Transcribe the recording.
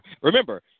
Remember